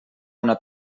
una